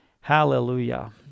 Hallelujah